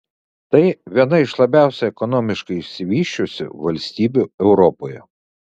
tai viena iš labiausiai ekonomiškai išsivysčiusių valstybių europoje